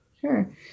Sure